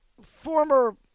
former